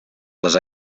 les